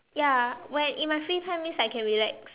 ya when in my free time means I can relax